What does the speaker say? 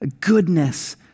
goodness